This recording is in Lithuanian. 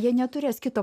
jie neturės kito